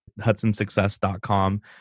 HudsonSuccess.com